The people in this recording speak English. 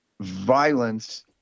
violence